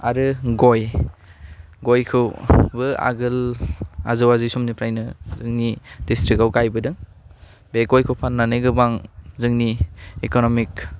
आरो गय गयखौबो आगोल आजौ आजै समनिफ्राइनो जोंनि डिस्ट्रिकआव गाइबोदों बे गयखौ फान्नानै गोबां जोंनि इकनमिक